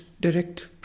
direct